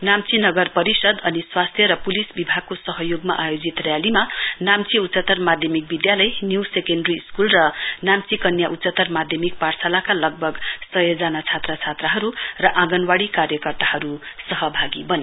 नाम्ची नगर परिषद अनि स्वास्थ्यर पुलिस विभागको सहयोगमा आयोजित र्यालीमा नाम्ची उच्चतर माध्यमिक विधालय न्यू सेकेण्डरी स्कूल र नाम्ची कन्या उच्चतर माध्यमिक पाठशालाका लगभग सयजना छात्र छात्राहरु र आंगनवाड़ी कार्यकर्ताहरु सहभागी बने